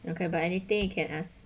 then but anything you can ask